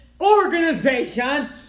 organization